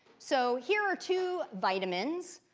so here are two vitamins,